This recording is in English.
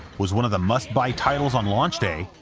was one of the must-buy titles on launch day,